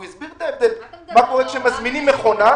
הוא הסביר את ההבדל, מה קורה כשמזמינים מכונה.